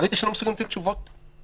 ראיתי שהם לא מסוגלים לתת תשובות נקודתיות,